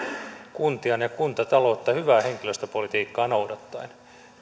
kuntiaan ja kuntatalouttaan hyvää henkilöstöpolitiikkaa noudattaen